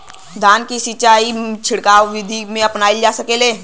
धान के सिचाई में छिड़काव बिधि भी अपनाइल जा सकेला?